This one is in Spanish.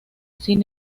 sin